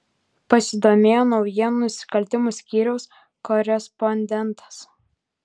pasidomėjo naujienų nusikaltimų skyriaus korespondentas